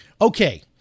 Okay